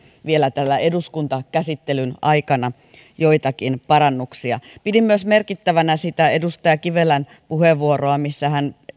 vielä eduskuntakäsittelyn aikana tehtävissä joitakin parannuksia pidin merkittävänä myös edustaja kivelän puheenvuoroa missä hän